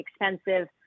expensive